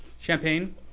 Champagne